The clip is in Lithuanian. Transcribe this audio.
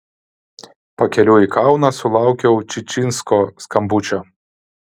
pakeliui į kauną sulaukiau čičinsko skambučio